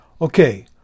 Okay